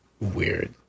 weird